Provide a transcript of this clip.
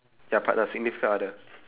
ya partner significant other